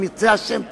אם ירצה השם,